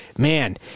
Man